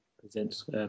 presents